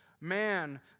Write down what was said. man